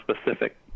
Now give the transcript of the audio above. specific